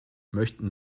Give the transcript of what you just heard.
möchten